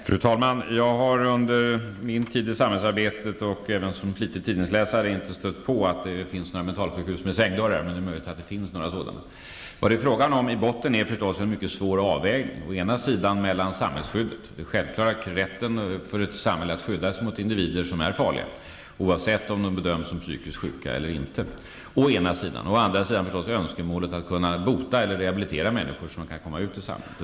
Fru talman! Jag har under min tid i samhällsarbetet och även som flitig tidningsläsare inte stött på några mentalsjukhus med svängdörrar, men det är möjligt att det finns några sådana. Det är i botten fråga om en mycket svår avvägning mellan å ena sidan samhällsskyddet, den självklara rätten för ett samhälle att skydda sig mot individer som är farliga oavsett om de bedöms som psykiskt sjuka eller inte, och å andra sidan önskemålet att kunna bota eller rehabilitera människor så att de kan komma ut i samhället.